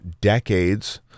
decades